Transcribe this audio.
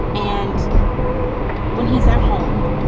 and when he's at home,